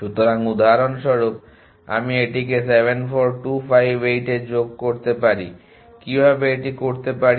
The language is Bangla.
সুতরাং উদাহরণস্বরূপ আমি এটিকে 7 4 2 5 8 এ যোগ করতে পারি কিভাবে এটি করতে পারি